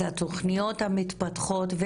התוכניות המתפתחות,